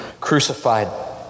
crucified